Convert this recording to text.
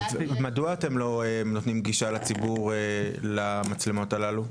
מדוע אתם לא נותנים גישה לציבור למצלמות הללו?